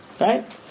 Right